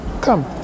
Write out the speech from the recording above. come